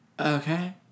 Okay